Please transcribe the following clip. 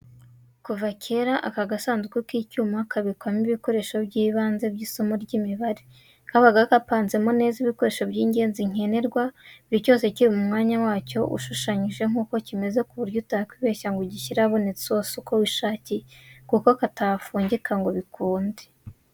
Kuva kera aka gasanduku k'icyuma kabikwamo ibikoresho by'ibanze by'isomo ry'imibare, kabaga gapanzemo neza ibikoresho by'ingenzi nkenerwa, buri cyose kiri mu mwanya wacyo, ushushanyije nk'uko kimeze ku buryo utakwibeshya ngo ugishyire ahabonetse hose uko wishakiye, kuko katafungika ngo bikunde.